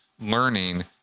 learning